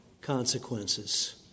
consequences